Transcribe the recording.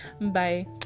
bye